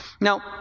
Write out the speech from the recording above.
Now